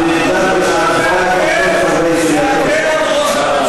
אני לא השתתפתי בהצבעה כדי להקל על ראש הממשלה.